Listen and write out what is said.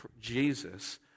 Jesus